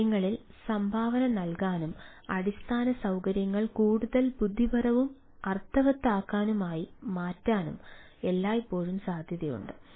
കാര്യങ്ങളിൽ സംഭാവന നൽകാനും അടിസ്ഥാന സൌകര്യങ്ങൾ കൂടുതൽ ബുദ്ധിപരവും അർത്ഥവത്തായതുമാക്കി മാറ്റാനും എല്ലായ്പ്പോഴും സാധ്യതയുണ്ട്